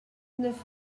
neuf